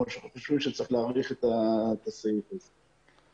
אנחנו חושבים שצריך להאריך את ההוראות האלה.